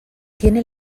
tiene